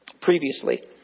previously